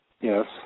Yes